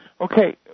Okay